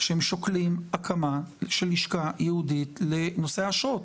שהם שוקלים הקמה של לשכה ייעודית לנושא האשרות.